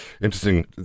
interesting